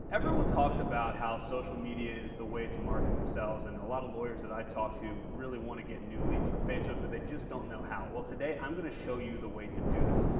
everyone talks about how social media is the way to market themselves, and a lot of lawyers that i talk to really want to get new leads from facebook. but they just don't know how. well today, i'm going to show you the way to do this.